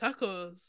Tacos